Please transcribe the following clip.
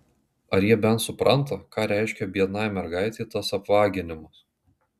ar jie bent supranta ką reiškia biednai mergaitei tas apvaginimas